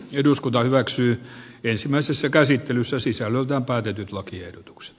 eduskunta hyväksyi ensimmäisessä käsittelyssä sisäänoton päätetyt lakiehdotukset